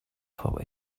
for